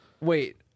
Wait